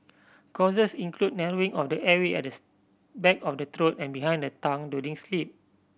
causes include narrowing of the airway at this back of the throat and behind the tongue during sleep